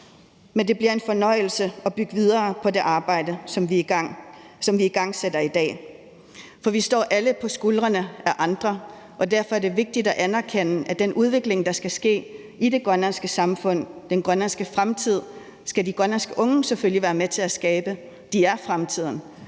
at det bliver en fornøjelse at bygge videre på det arbejde, som vi igangsætter i dag. For vi står alle på skuldrene af andre, og derfor er det vigtigt at anerkende, at den udvikling, der skal ske i det grønlandske samfund, den grønlandske fremtid, skal de grønlandske unge selvfølgelig også være med til at skabe. De er fremtiden,